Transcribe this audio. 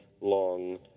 long